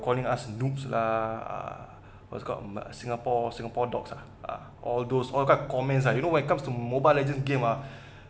calling us noobs lah ah what's called singapore singapore dogs ah ah all those all types of comments lah you know when it comes to mobile legends game ah